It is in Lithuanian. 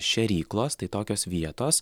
šėryklos tai tokios vietos